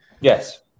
Yes